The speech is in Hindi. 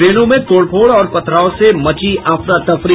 ट्रेनों में तोड़फोड़ और पथराव से मची अफरा तफरी